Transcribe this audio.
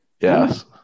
Yes